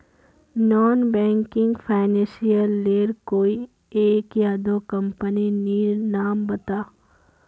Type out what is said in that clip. Non banking financial लेर कोई एक या दो कंपनी नीर नाम बता?